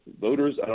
voters